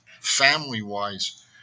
family-wise